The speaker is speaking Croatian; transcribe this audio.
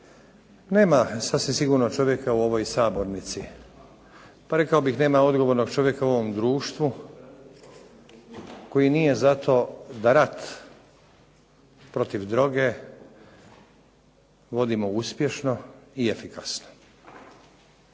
Nema sasvim sigurno čovjeka u ovoj sabornici, pa rekao bih nema odgovornog čovjeka u ovom društvu koji nije za to da rat protiv droge vodimo uspješno i efikasno.